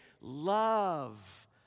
love